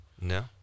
No